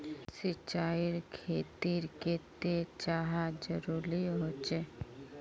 सिंचाईर खेतिर केते चाँह जरुरी होचे?